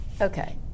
Okay